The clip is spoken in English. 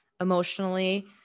emotionally